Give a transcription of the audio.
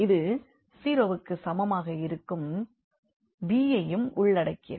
இது 0 வுக்கு சமமாக இருக்கும் b யையும் உள்ளடக்கியது